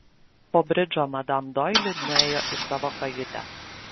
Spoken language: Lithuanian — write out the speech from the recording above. po bridžo madam doili nuėjo į savo kajutę